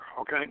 okay